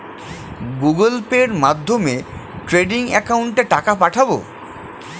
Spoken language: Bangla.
গুগোল পের মাধ্যমে ট্রেডিং একাউন্টে টাকা পাঠাবো?